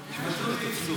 בדקתי.